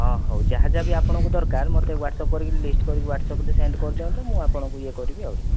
ହଁ ହୋଉ ଯାହା ଯାହା ବି ଆପଣଙ୍କୁ ଦରକାର ମୋତେ ୱଟସପ କରିକି ଲିଷ୍ଟ କରିକି ୱଟସପ ରେ ସେଣ୍ଡ କରିଦିଅନ୍ତୁ ମୁଁ ଆପଣ ଙ୍କୁ ଇଏ କରିବି ଆହୁରି